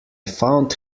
found